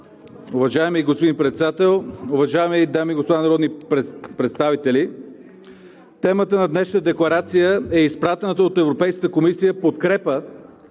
Уважаеми господин Председател, уважаеми дами и господа народни представители! Темата на днешната декларация е изразената от Европейската комисия подкрепа